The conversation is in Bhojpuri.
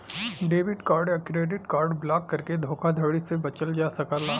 डेबिट कार्ड या क्रेडिट कार्ड ब्लॉक करके धोखाधड़ी से बचल जा सकला